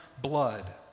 blood